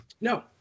No